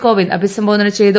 കോവിന്ദ് അഭിസംബോധന ചെയ്തു